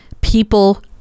people